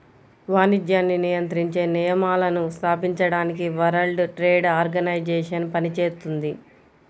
వాణిజ్యాన్ని నియంత్రించే నియమాలను స్థాపించడానికి వరల్డ్ ట్రేడ్ ఆర్గనైజేషన్ పనిచేత్తుంది